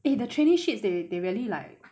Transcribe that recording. eh the traineeships they they really like